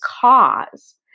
cause